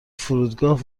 فرودگاه